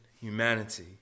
humanity